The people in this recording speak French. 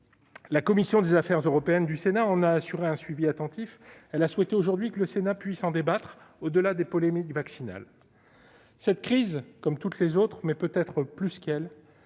La commission des affaires européennes du Sénat en a assuré un suivi attentif. Elle a souhaité que le Sénat puisse en débattre aujourd'hui, au-delà des polémiques vaccinales. Cette crise, comme toutes les autres, mais peut-être plus que les